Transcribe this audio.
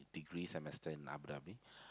degree semester in Abu-Dhabi